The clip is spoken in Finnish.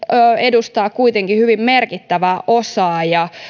edustaa kuitenkin hyvin merkittävää osaa ja